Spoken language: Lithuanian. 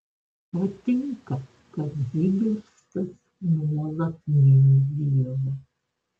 patinka kad zigeristas nuolat mini dievą